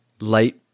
light